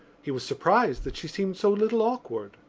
he was surprised that she seemed so little awkward.